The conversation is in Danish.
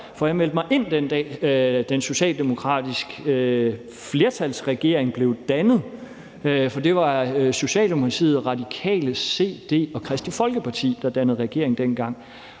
for jeg meldte mig ind den dag, den socialdemokratiske flertalsregering blev dannet. Det var Socialdemokratiet, Radikale, CD og Kristeligt Folkeparti, der dannede regering dengang.